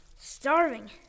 Starving